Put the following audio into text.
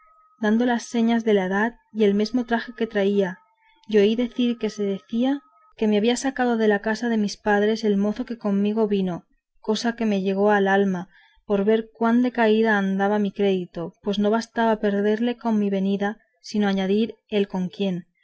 dando las señas de la edad y del mesmo traje que traía y oí decir que se decía que me había sacado de casa de mis padres el mozo que conmigo vino cosa que me llegó al alma por ver cuán de caída andaba mi crédito pues no bastaba perderle con mi venida sino añadir el con quién